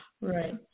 right